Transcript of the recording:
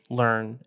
learn